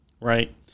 right